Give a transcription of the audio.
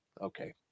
Okay